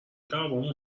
دعوامون